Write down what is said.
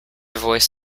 voice